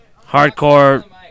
hardcore